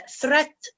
threat